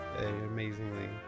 Amazingly